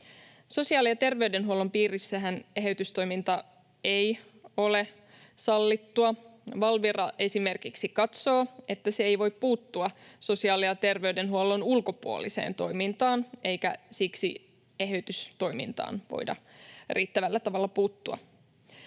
Sosiaali- ja terveydenhuollon piirissähän eheytystoiminta ei ole sallittua. Valvira esimerkiksi katsoo, että se ei voi puuttua sosiaali- ja terveydenhuollon ulkopuoliseen toimintaan, eikä siksi eheytystoimintaan voida riittävällä tavalla puuttua.